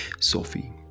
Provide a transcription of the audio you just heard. Sophie